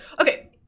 Okay